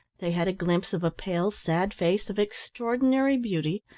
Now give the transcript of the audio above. they had a glimpse of a pale, sad face of extraordinary beauty,